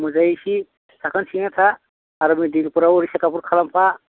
मोजाङै इसि साखोन सिखोन था आरो मेडिकेलफोराव सेखाबबो खालामफा